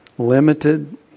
limited